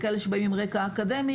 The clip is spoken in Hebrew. או כאלה שבאים עם רקע אקדמי,